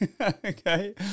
Okay